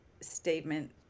statement